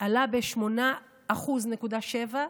עלה ב-8.7%.